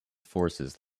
forces